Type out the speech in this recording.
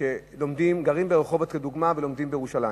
שלדוגמה גרים ברחובות ולומדים בירושלים.